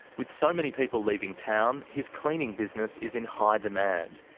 with so many people leaving town, his cleaning business is in high demand.